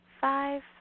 Five